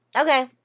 Okay